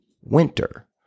Winter